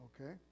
okay